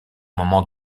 moment